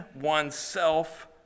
oneself